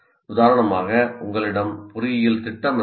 உதாரணமாக உங்களிடம் பொறியியல் திட்டம் இருந்தால்